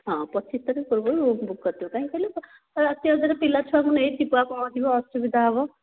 ହଁ ପଚିଶ ତାରିଖ ପୂର୍ବରୁ ବୁକ୍ କରିଦେବୁ କାହିଁକି କହିଲ ରାତି ଅଧରେ ପିଲା ଛୁଆଙ୍କୁ ନେଇକି ଯିବ କ'ଣ ଯିବ ଅସୁବିଧା ହେବ